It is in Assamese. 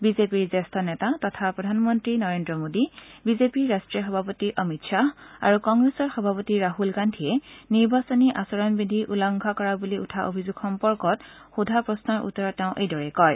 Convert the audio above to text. বি জে পিৰ জ্যেষ্ঠ নেতা তথা প্ৰধানমন্ত্ৰী নৰেন্দ্ৰ মোডী বি জে পিৰ ৰাষ্ট্ৰীয় সভাপতি অমিত শ্বাহ আৰু কংগ্ৰেছৰ সভাপতি ৰাহুল গান্ধীয়ে নিৰ্বাচনী আচৰণ বিধি উলংঘন কৰা বুলি উঠা অভিযোগৰ সম্পৰ্কত সোধা প্ৰশ্নৰ উত্তৰত তেওঁ এইদৰে কয়